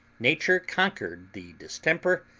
nature conquered the distemper,